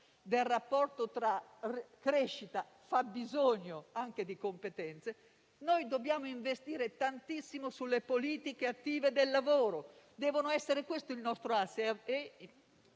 del rapporto tra crescita e fabbisogno di competenze. Dobbiamo investire tantissimo sulle politiche attive del lavoro: deve essere questo il nostro asse.